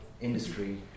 industry